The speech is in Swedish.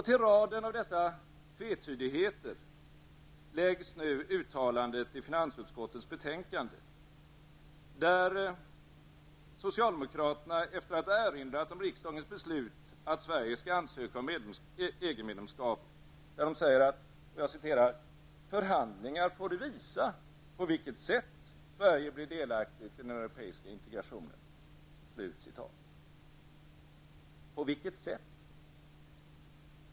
Till raden av sådana tvetydigheter läggs nu uttalandet i finansutskottets betänkande, där socialdemokraterna efter att ha erinrat om riksdagens beslut om att Sverige skall ansöka om EG-medlemskap säger att ''förhandlingar får visa på vilket sätt Sverige blir delaktigt i den europeiska integrationen''. På vilket sätt då?